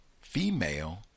female